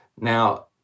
Now